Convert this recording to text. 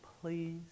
please